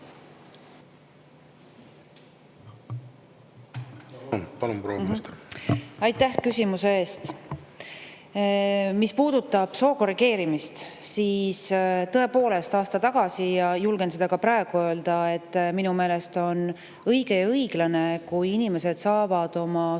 selleks õigus. Aitäh küsimuse eest! Mis puudutab soo korrigeerimist, siis tõepoolest, aasta tagasi [ütlesin] ja julgen seda ka praegu öelda, et minu meelest on õige ja õiglane, kui inimesed saavad oma sugu